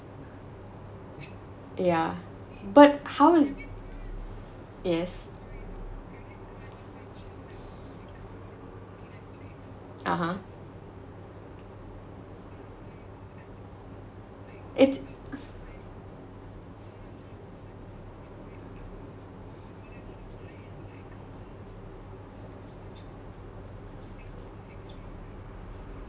yeah but how's yes (uh huh) it